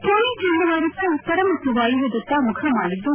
ಫೋನಿ ಚಂಡಮಾರುತ ಉತ್ತರ ಮತ್ತು ವಾಯುವ್ಯದತ್ತ ಮುಖ ಮಾಡಿದ್ದು